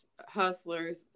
hustlers